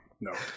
no